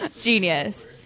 Genius